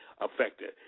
affected